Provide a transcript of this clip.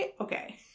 okay